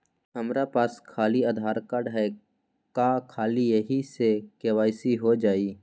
हमरा पास खाली आधार कार्ड है, का ख़ाली यही से के.वाई.सी हो जाइ?